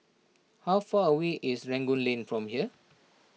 how far away is Rangoon Lane from here